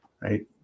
right